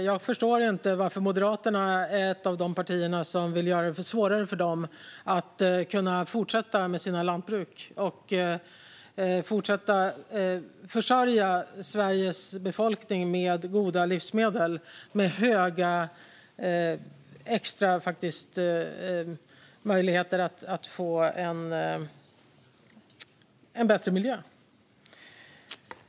Jag förstår inte varför Moderaterna är ett av de partier som vill göra det svårare för dem att fortsätta med sitt lantbruk och fortsätta försörja Sveriges befolkning med goda livsmedel som ger stora extra möjligheter att få en bättre miljö.